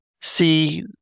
see